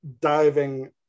diving